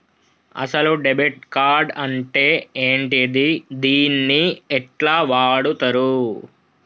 అసలు debit card అంటే ఏంటిది? దీన్ని ఎట్ల వాడుతరు?